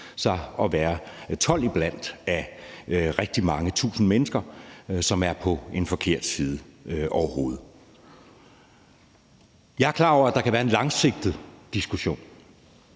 sig at være 12 mennesker blandt rigtig mange tusind mennesker, som er på den forkerte side. Jeg er klar over, at der kan være en langsigtet diskussion.